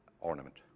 ornament